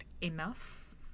enough